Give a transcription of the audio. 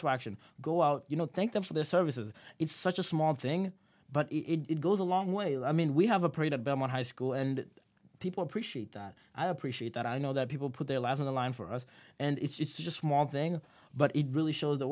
to action go out you know thank them for their services it's such a small thing but it goes a long way i mean we have a parade at belmont high school and people appreciate that i appreciate that i know that people put their lives on the line for us and it's just small thing but it really shows the